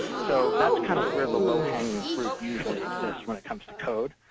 so that's kind of where the low-hanging fruit usually exists when it comes to code.